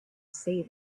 say